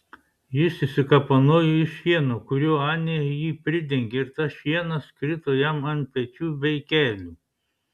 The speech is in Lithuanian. jis išsikapanojo iš šieno kuriuo anė jį pridengė ir tas šienas krito jam ant pečių bei kelių